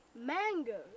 Mango